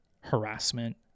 harassment